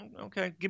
okay